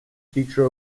teacher